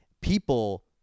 people